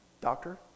Doctor